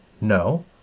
No